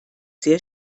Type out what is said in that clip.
sehr